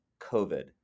COVID